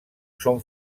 són